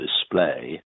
display